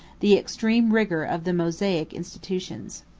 the extreme rigor of the mosaic institutions.